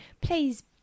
please